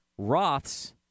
Roths